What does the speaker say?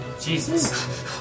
Jesus